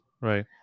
Right